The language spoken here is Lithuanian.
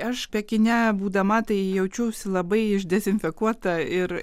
aš pekine būdama tai jaučiausi labai išdezinfekuota ir